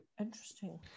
interesting